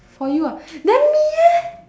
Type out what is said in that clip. for you ah then me leh